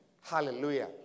Hallelujah